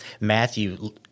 Matthew